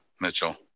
Mitchell